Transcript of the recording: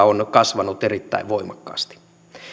on kasvanut erittäin voimakkaasti